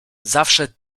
zawsze